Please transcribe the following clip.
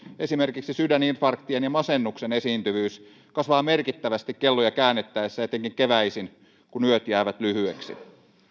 esimerkiksi sydän infarktien ja masennuksen esiintyvyys kasvaa merkittävästi kelloja käännettäessä etenkin keväisin kun yöt jäävät lyhyeksi